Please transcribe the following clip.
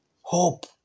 Hope